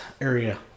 area